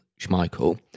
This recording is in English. Schmeichel